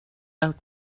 out